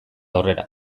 aurrera